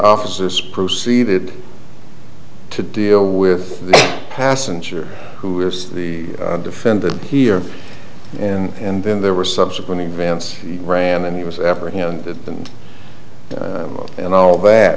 officers proceeded to deal with the passenger who is the defendant here and then there were subsequent events he ran and he was apprehended and then all that